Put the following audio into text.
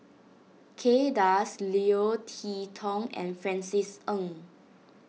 Kay Das Leo Tee Tong and Francis Ng